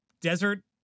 desert